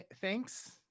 thanks